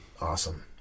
awesome